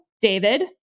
David